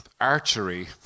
archery